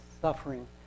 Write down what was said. suffering